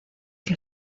que